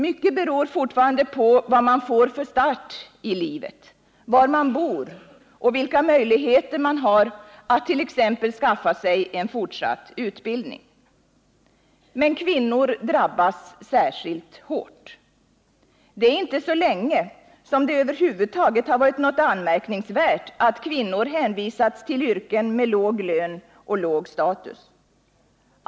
Mycket beror fortfarande på vad man får för start i livet, var man bor och vilka möjligheter man har att t.ex. skaffa sig en fortsatt utbildning. Men kvinnor drabbas särskilt hårt. Det är inte så länge som det över huvud taget varit något anmärkningsvärt att kvinnor hänvisats till yrken med låg lön och låg status.